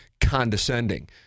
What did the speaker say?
condescending